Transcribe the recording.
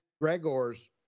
Gregor's